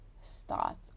start